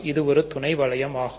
இது ஒரு துணை வளையம் ஆகும்